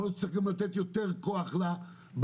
יכול להיות שצריך גם לתת יותר כוח בסטאז'ים,